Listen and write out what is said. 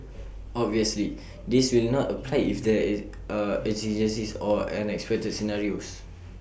obviously this will not apply if there are exigencies or unexpected scenarios